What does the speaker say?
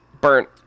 burnt